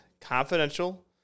Confidential